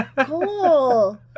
Cool